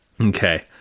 Okay